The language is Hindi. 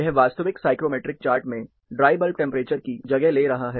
यह वास्तविक साइक्रोमेट्रिक चार्ट में ड्राई बल्ब टेंपरेचर की जगह ले रहा है